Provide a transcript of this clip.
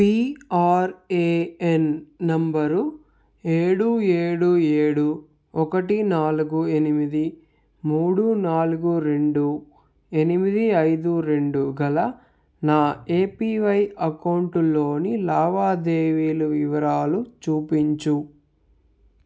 PRAN number ఏడు ఏడు ఏడు ఒకటి నాలుగు ఎనిమిది మూడు నాలుగు రెండు ఎనిమిది అయిదు రెండు గల నా ఏపీవై అకౌంటులోని లావాదేవీలు వివరాలు చూపించు